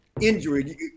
Injury